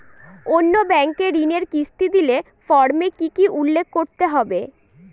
অন্য ব্যাঙ্কে ঋণের কিস্তি দিলে ফর্মে কি কী উল্লেখ করতে হবে?